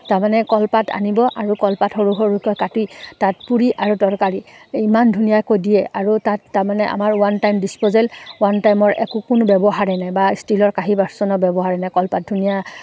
তাৰমানে কলপাত আনিব আৰু কলপাত সৰু সৰুকৈ কাটি তাত পুৰি আৰু তৰকাৰী ইমান ধুনীয়াকৈ দিয়ে আৰু তাত তাৰমানে আমাৰ ওৱান টাইম ডিছপ'জেল ওৱান টাইমৰ একো কোনো ব্যৱহাৰে নাই বা ষ্টীলৰ কাঁহী বাচনৰ ব্যৱহাৰে নাই কলপাত ধুনীয়া